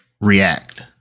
react